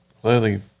clearly